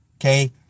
Okay